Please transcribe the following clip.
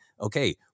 okay